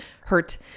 hurt